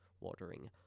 watering